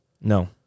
No